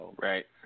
Right